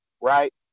right